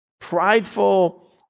prideful